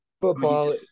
Football